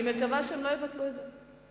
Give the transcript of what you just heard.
אני מקווה שהם לא יבטלו את זה.